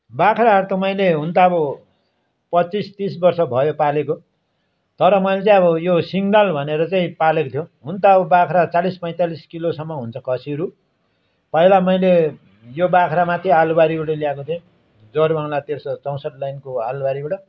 बाख्राहरू त मैले हुनु त अब पच्चिस तिस वर्ष भयो पालेको तर मैले चाहिँ अब यो सिङ्गल भनेर चाहिँ पालेको थियो हुनु त अब बाख्रा चालिस पैँतालिस किलोसम्म हुन्छ खसीहरू पहिला मैले यो बाख्रा माथि आलुबारीबाट ल्याएको थिएँ जोरबङ्ला तेर्सो चौसठ लाइनको आलुबारीबाट